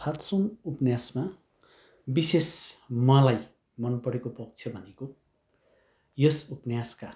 फात्सुङ उपन्यासमा विशेष मलाई मनपरेको पक्ष भनेको यस उपन्यासका